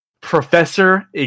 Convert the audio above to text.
Professor